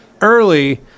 early